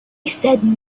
said